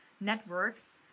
networks